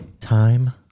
time